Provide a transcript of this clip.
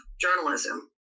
journalism